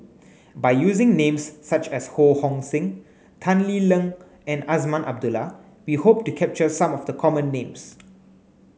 by using names such as Ho Hong Sing Tan Lee Leng and Azman Abdullah we hope to capture some of the common names